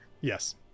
Yes